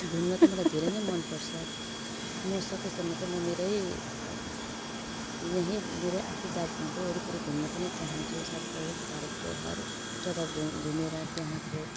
घुम्न त मलाई धेरै नै मनपर्छ म सकेसम्म चाहिँ म मेरै यहीँनिरै आफै दार्जिलिङकै वरिपरि घुम्न पनि चाहन्छु साथसाथै भारतको हर जग्गा घुम् घुमेर त्यहाँको